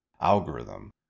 algorithm